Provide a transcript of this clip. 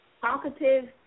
talkative